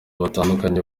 batandukanye